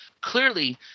clearly